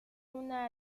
una